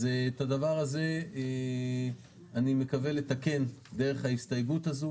אז את הדבר הזה אני מקווה לתקן דרך ההסתייגות הזו